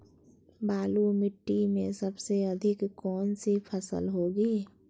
बालू मिट्टी में सबसे अधिक कौन सी फसल होगी?